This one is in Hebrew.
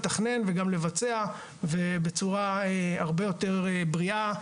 לתכנן וגם לבצע בצורה הרבה יותר בריאה,